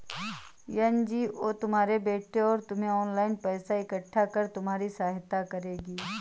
NGO तुम्हारे बेटे और तुम्हें ऑनलाइन पैसा इकट्ठा कर तुम्हारी सहायता करेगी